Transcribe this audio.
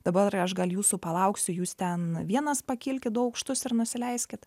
dabar aš gal jūsų palauksiu jūs ten vienas pakilkit du aukštus ir nusileiskit